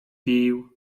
pił